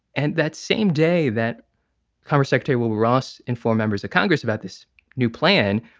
and that same day that commerce secretary wilbur ross and four members of congress about this new plan.